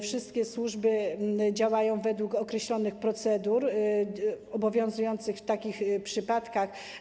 Wszystkie służby działają według określonych procedur obowiązujących w takich przypadkach.